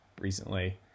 recently